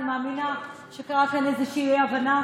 אני מאמינה שקרתה כאן איזושהי אי-הבנה,